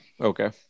Okay